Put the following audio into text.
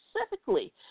specifically